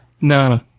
No